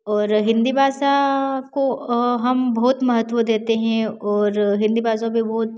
और हिंदी भाषा को हम बहुत महत्व देते हैं और हिंदी भाषा में बहुत